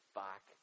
back